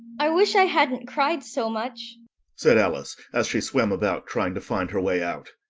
i wish i hadn't cried so much said alice, as she swam about, trying to find her way out.